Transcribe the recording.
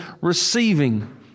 receiving